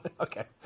Okay